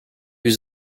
was